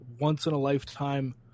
once-in-a-lifetime